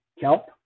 kelp